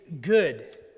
good